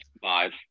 Five